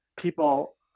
people